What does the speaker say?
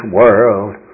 world